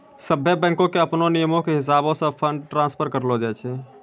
सभ्भे बैंको के अपनो नियमो के हिसाबैं से फंड ट्रांस्फर करलो जाय छै